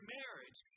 marriage